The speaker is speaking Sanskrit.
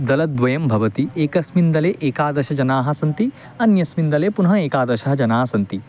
दलद्वयं भवति एकस्मिन् दले एकादश जनाः सन्ति अन्यस्मिन् दले पुनः एकादश जनाः सन्ति